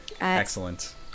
Excellent